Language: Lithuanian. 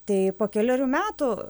tai po kelerių metų